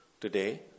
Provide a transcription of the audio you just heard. today